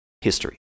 history